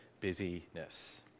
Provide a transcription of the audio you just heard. busyness